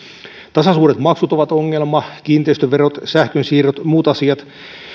tasasuuret maksut ovat ongelma kiinteistöverot sähkönsiirrot muut asiat